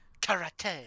Karate